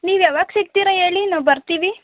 ನೀವು ಯಾವಾಗ ಸಿಕ್ತಿರ ಹೇಳಿ ನಾವು ಬರ್ತಿವಿ